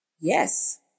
Yes